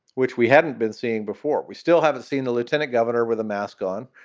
which we hadn't been seeing before. we still haven't seen the lieutenant governor with a mask on.